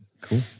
Cool